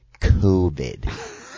COVID